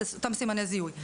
את אותם סימני זיהוי.